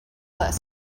list